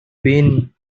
been